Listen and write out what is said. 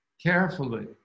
carefully